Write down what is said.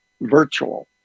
virtual